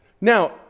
now